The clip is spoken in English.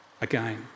again